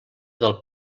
del